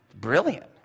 Brilliant